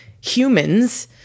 humans